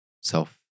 self